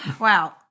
Wow